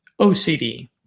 OCD